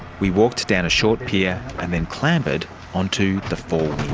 we walked down a short pier and then clambered onto the four